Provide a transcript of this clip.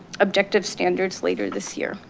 objective standards later this year.